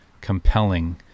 compelling